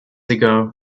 ago